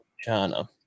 China